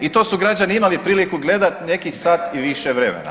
I to su građani imali priliku gledati nekih sat i više vremena.